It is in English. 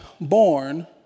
born